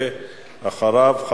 ואחריו,